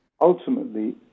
ultimately